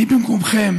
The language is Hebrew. אני במקומכם